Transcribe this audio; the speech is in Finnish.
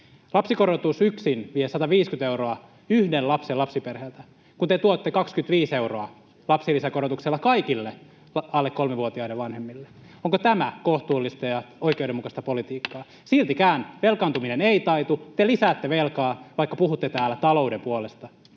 lapsikorotus vie 150 euroa yhden lapsen lapsiperheeltä, kun te tuotte 25 euroa lapsilisäkorotuksella kaikille alle kolmivuotiaiden vanhemmille. Onko tämä kohtuullista ja oikeudenmukaista politiikkaa? Siltikään velkaantuminen ei taitu. Te lisäätte velkaa, vaikka puhutte täällä talouden puolesta.